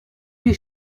huit